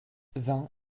vingt